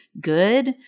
good